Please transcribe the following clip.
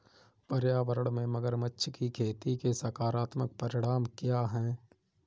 पर्यावरण में मगरमच्छ की खेती के सकारात्मक परिणाम क्या हैं?